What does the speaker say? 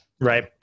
Right